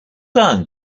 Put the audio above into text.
done